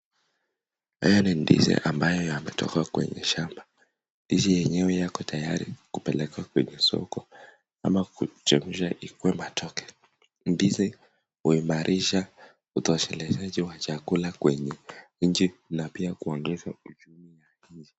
Haya ni ndizi ambayo yametoka kwenye shamba. HIzi yenyewe yako tayari kupelekwa kwenye soko ama kuchemsha ikuwe matoke. Ndizi huimarsha utosheleshaji wa chakula kwenye nchi na pia kuongeza uchumu ya hizi.